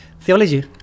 Theology